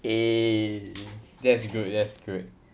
eh that's good that's good